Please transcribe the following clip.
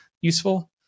useful